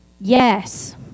Yes